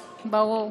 ברור.